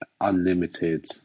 unlimited